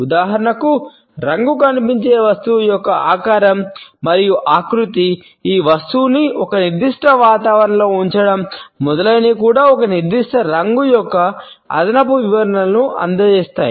ఉదాహరణకు రంగు కనిపించే వస్తువు యొక్క ఆకారం మరియు ఆకృతి ఈ వస్తువును ఒక నిర్దిష్ట వాతావరణంలో ఉంచడం మొదలైనవి కూడా ఒక నిర్దిష్ట రంగు యొక్క అదనపు వివరణలను అందిస్తాయి